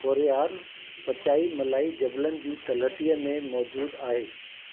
कोरैयार पचाईमलाई जबलनि जी तलहटीअ में मौज़ूदु आहे